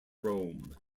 rome